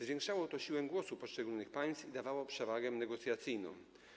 Zwiększało to siłę głosu poszczególnych państw i dawało przewagę negocjacyjną.